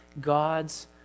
God's